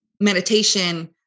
Meditation